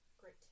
Great